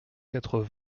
quatre